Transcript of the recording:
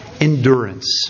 endurance